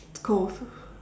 it's cold